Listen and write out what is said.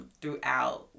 throughout